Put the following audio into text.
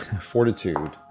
fortitude